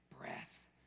breath